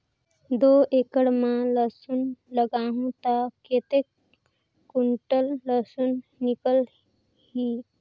दो एकड़ मां लसुन लगाहूं ता कतेक कुंटल लसुन निकल ही?